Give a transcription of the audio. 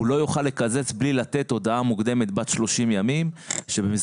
הוא לא יוכל לקזז בלי לתת הודעה מוקדמת בת 30 ימים שבמסגרת